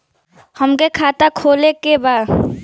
हमके खाता खोले के बा?